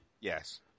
yes